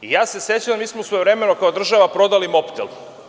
Sećam se, mi smo svojevremeno kao država prodali „Mobtel“